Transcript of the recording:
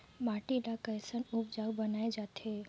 माटी ला कैसन उपजाऊ बनाय जाथे?